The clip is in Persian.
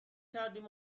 کردیم